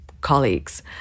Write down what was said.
colleagues